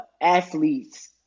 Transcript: athletes